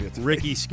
Ricky